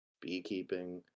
beekeeping